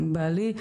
בעלי,